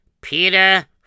Peter